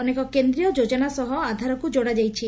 ଅନେକ କେନ୍ଦୀୟ ଯୋଜନା ସହ ଆଧାରକୁ ଯୋଡ଼ାଯାଇଛି